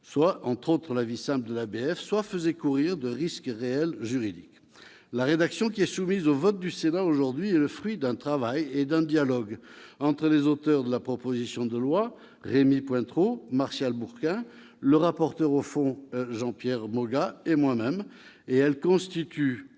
dispositions, à l'avis simple de l'ABF -, soit faisaient courir de réels risques juridiques. La rédaction qui est soumise au vote du Sénat aujourd'hui est le fruit d'un travail et d'un dialogue entre les auteurs de la proposition de loi, Rémy Pointereau et Martial Bourquin, le rapporteur au fond, Jean-Pierre Moga, et moi-même. Elle constitue